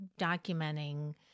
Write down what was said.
documenting